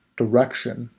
direction